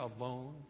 alone